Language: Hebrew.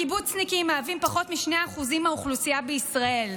הקיבוצניקים מהווים פחות מ-2% מהאוכלוסייה בישראל.